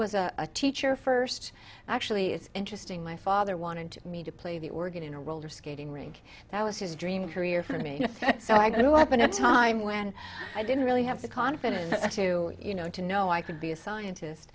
was a teacher first actually it's interesting my father wanted to me to play the organ in a roller skating rink that was his dream career for me so i grew up in a time when i didn't really have the confidence to you know to know i could be a scientist